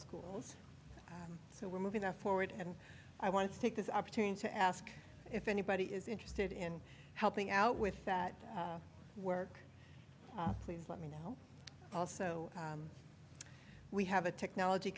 schools so we're moving forward and i want to take this opportunity to ask if anybody is interested in helping out with that work please let me know also we have a technology